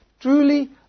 truly